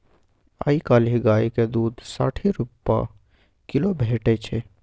आइ काल्हि गायक दुध साठि रुपा किलो भेटै छै